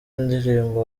indirimbo